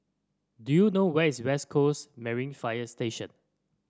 do you know where is West Coast Marine Fire Station